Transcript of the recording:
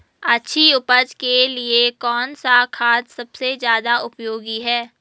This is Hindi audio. अच्छी उपज के लिए कौन सा खाद सबसे ज़्यादा उपयोगी है?